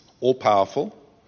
all-powerful